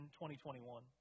2021